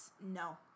No